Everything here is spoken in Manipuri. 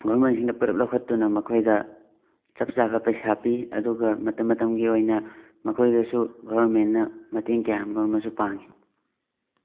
ꯒꯣꯕꯔꯅꯦꯟꯁꯤꯡꯅ ꯄꯨꯂꯞ ꯂꯧꯈꯠꯇꯨꯅ ꯃꯈꯣꯏꯗ ꯆꯞ ꯆꯥꯕ ꯄꯩꯁꯥ ꯄꯤ ꯑꯗꯨꯒ ꯃꯇꯝ ꯃꯇꯝꯒꯤ ꯑꯣꯏꯅ ꯃꯈꯣꯏꯗꯁꯨ ꯒꯣꯕꯔꯃꯦꯟꯅ ꯃꯇꯦꯡ ꯀꯌꯥꯃꯔꯨꯝ ꯑꯃꯁꯨ ꯄꯥꯡꯉꯤ